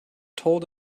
told